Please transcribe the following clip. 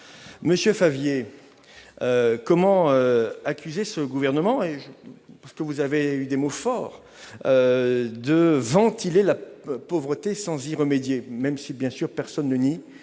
Monsieur Favier, comment accuser le Gouvernement, contre lequel vous avez eu des mots très forts, de ventiler la pauvreté sans y remédier ? Bien sûr, personne ne nie